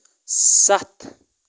ستھ